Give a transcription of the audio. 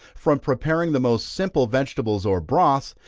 from preparing the most simple vegetables or broths,